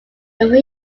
before